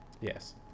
Yes